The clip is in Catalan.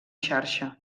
xarxa